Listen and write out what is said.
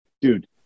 dude